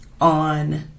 on